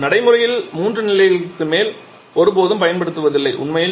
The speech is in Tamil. ஆனால் நடைமுறையில் மூன்று நிலைகளுக்கு மேல் ஒருபோதும் பயன்படுத்தப்படுவதில்லை